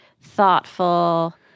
thoughtful